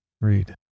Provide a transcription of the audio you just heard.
Read